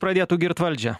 pradėtų girt valdžią